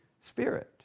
spirit